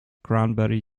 cranberry